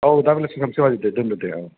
औ दा बेलासेआव लोगो हमसै दोन्दो दे औ